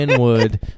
wood